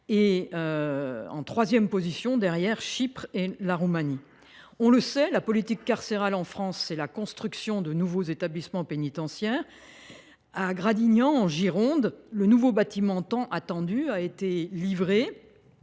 en troisième position derrière Chypre et la Roumanie. On le sait, la politique carcérale en France consiste à construire de nouveaux établissements pénitentiaires. À Gradignan, en Gironde, le nouveau bâtiment tant attendu a été livré